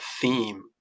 theme